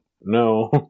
No